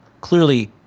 clearly